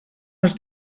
els